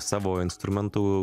savo instrumentu